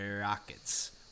Rockets